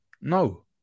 No